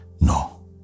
No